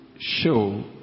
show